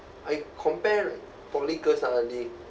I compare poly girls ah